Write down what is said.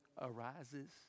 arises